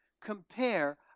compare